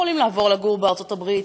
שיכולים לעבור לגור בארצות-הברית,